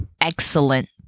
excellent